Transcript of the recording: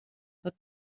tot